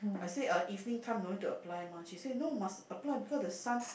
I say uh evening time no need to apply mah she say no must apply because the sun